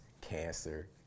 cancer